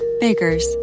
Baker's